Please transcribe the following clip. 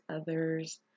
others